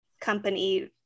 company